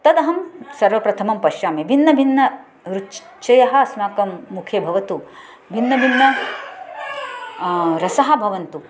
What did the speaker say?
तदहं सर्वप्रथमं पश्यामि भिन्नभिन्नाः रुचयः अस्माकं मुखे भवन्तु भिन्नभिन्नाः रसाः भवन्तु